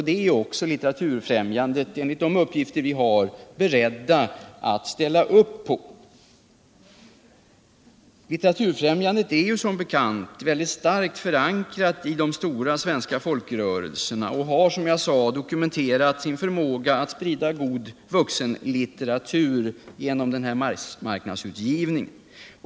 Det är också Litteraturfrämjandet enligt de uppgifter vi har berett att ställa upp på. Litteraturfrämjandet är som bekant starkt förankrat i de stora svenska folkrörelserra och har. som jag redan sagt, dokumenterat sin förmåga att sprida god vuxenlitteratur genom sin massmarknadsutgivning.